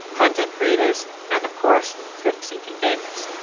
content creators, and of course thrift seeking gamers.